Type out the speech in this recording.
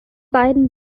beiden